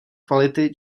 kvality